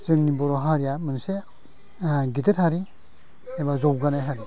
जोंनि बर' हारिया मोनसे गिदिर हारि एबा जौगानाय हारि